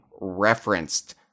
referenced